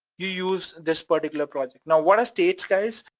you use this particular project. now, what are states, guys?